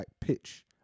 pitch